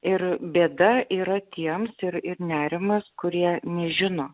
ir bėda yra tiems ir ir nerimas kurie nežino